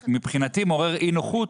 מבחינתי זה מעורר אי נוחות,